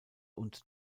und